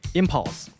impulse